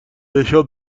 نشان